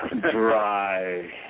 dry